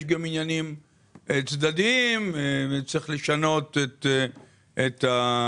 יש גם עניינים צדדיים וצריך לשנות את השיטה,